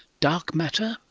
dark matter?